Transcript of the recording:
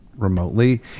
remotely